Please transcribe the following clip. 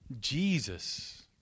Jesus